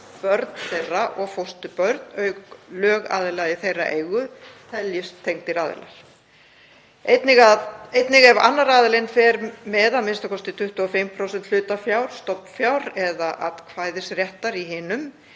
börn þeirra og fósturbörn, auk lögaðila í þeirra eigu teljist tengdir aðilar. Einnig ef annar aðilinn fer með a.m.k. 25% hlutafjár, stofnfjár eða atkvæðisréttar í hinum.